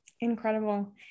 Incredible